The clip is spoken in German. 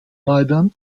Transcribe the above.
beiden